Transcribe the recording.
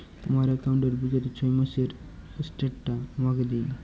আমার অ্যাকাউন্ট র বিগত ছয় মাসের স্টেটমেন্ট টা আমাকে দিন?